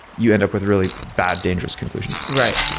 you end up with really bad, dangerous conclusions. right.